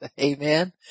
Amen